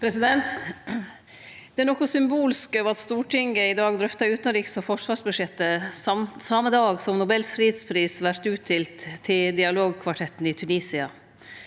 Det er noko symbolsk over at Stortinget i dag drøftar utanriks- og forsvarsbudsjettet same dagen som Nobels fredspris vert utdelt til dialogkvartetten i Tunisia.